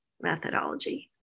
methodology